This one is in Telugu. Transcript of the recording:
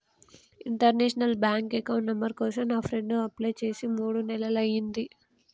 ఇంటర్నేషనల్ బ్యాంక్ అకౌంట్ నంబర్ కోసం నా ఫ్రెండు అప్లై చేసి మూడు నెలలయ్యింది